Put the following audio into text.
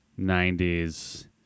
90s